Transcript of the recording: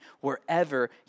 wherever